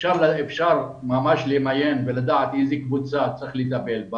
אפשר למיין ולדעת באיזו קבוצה צריך לטפל.